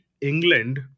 England